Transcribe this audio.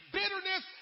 bitterness